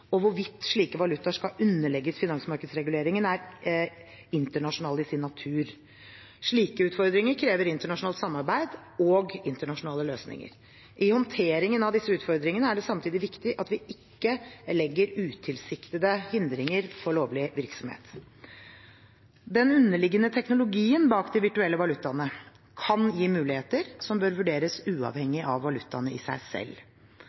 og terrorfinansiering, og hvorvidt slike valutaer skal underlegges finansmarkedsreguleringen, er internasjonale i sin natur. Slike utfordringer krever internasjonalt samarbeid og internasjonale løsninger. I håndteringen av disse utfordringene er det samtidig viktig at vi ikke legger utilsiktede hindringer for lovlig virksomhet. Den underliggende teknologien bak de virtuelle valutaene kan gi muligheter som bør vurderes uavhengig av valutaene i seg selv.